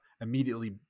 immediately